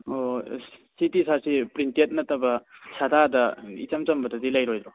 ꯑꯣ ꯑꯁ ꯁꯤ ꯇꯤ ꯁꯥꯔꯠꯁꯤ ꯄ꯭ꯔꯤꯟꯇꯦꯗ ꯅꯠꯇꯕ ꯁꯥꯗꯥꯗ ꯏꯆꯝ ꯆꯝꯕꯗꯨꯗꯤ ꯂꯩꯔꯣꯏꯗ꯭ꯔꯣ